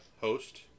host